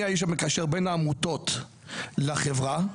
המקשר בין העמותות לחברה,